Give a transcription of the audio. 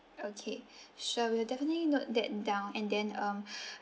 okay sure we will definitely note that down and then um